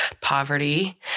poverty